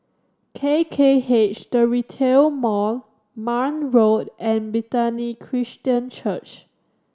K K H To Retail Mall Marne Road and Bethany Christian Church